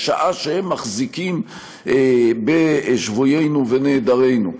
בשעה שהם מחזיקים בשבויינו ובנעדרינו,